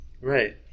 right